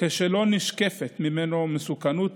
כשלא נשקפת ממנו מסוכנות